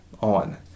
on